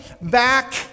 back